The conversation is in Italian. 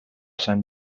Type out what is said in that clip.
san